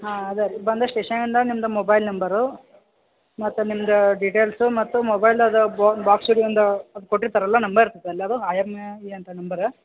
ಹಾಂ ಅದು ರೀ ಬಂದು ಸ್ಟೇಷನಿಂದ ನಿಮ್ದು ಮೊಬೈಲ್ ನಂಬರು ಮತ್ತು ನಿಮ್ದು ಡಿಟೈಲ್ಸ್ ಮತ್ತು ಮೊಬೈಲ್ ಅದು ಬೊ ಬಾಕ್ಸಿದ ಒಂದು ಕೊಟ್ಟಿರ್ತಾರಲ್ಲ ನಂಬರ್ ಇರ್ತತಲ್ಲ ಅದು ಐ ಎಮ್ ಎ ಇ ಅಂತ ನಂಬರ್